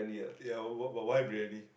ya what what why brady